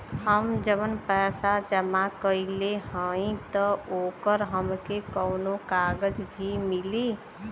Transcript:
हम जवन पैसा जमा कइले हई त ओकर हमके कौनो कागज भी मिली?